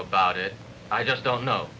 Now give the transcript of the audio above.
about it i just don't know